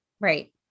Right